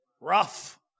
rough